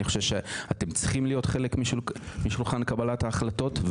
אני חושב שאתם צריכים להיות חלק משולחן קבלת ההחלטות.